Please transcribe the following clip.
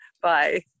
bye